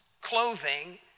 clothing